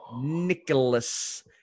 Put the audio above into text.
nicholas